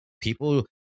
people